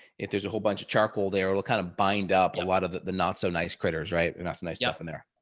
if there's a whole bunch of charcoal there, it'll kind of bind up a lot of the not so nice critters right and that's nice. yep, in there.